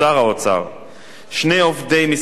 שני עובדי משרד האנרגיה והמים,